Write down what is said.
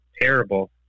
terrible